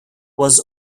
was